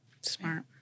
Smart